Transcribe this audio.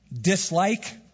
dislike